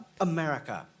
America